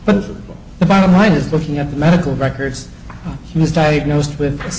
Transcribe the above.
but the bottom line is looking at the medical records he was diagnosed with